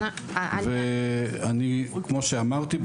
כמו שאמרתי,